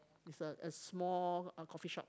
is a a small a coffee shop